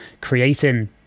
creating